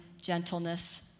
gentleness